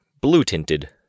blue-tinted